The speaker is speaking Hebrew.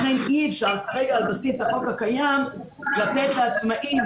לכן אי אפשר כרגע על בסיס החוק הקיים לתת לעצמאים